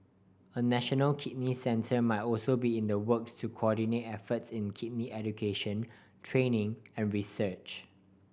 a national kidney centre might also be in the works to coordinate efforts in kidney education training and research